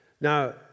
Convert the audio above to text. Now